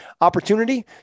opportunity